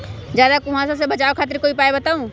ज्यादा कुहासा से बचाव खातिर कोई उपाय बताऊ?